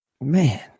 Man